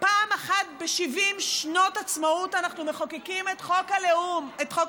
פעם אחת ב-70 שנות עצמאות אנחנו מחוקקים את חוק הלאום,